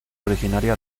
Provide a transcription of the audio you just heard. originaria